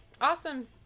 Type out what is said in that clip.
awesome